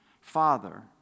Father